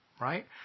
right